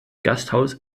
gasthaus